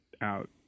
out